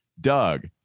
Doug